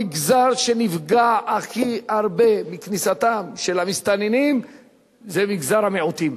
המגזר שנפגע הכי הרבה מכניסתם של המסתננים זה מגזר המיעוטים,